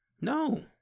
no